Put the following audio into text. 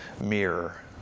mirror